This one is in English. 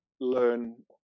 learn